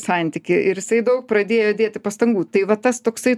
santykį ir jisai daug pradėjo dėti pastangų tai va tas toksai